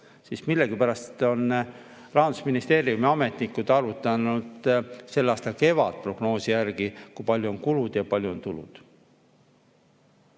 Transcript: siis millegipärast on Rahandusministeeriumi ametnikud arvutanud selle aasta kevadprognoosi järgi, kui palju on kulud ja kui palju on tulud.